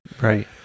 Right